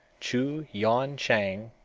chu yuan-chang,